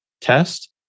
test